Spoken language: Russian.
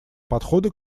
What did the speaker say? подхода